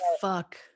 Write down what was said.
fuck